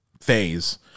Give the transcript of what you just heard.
phase